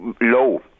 low